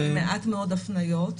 יש מעט מאוד הפניות.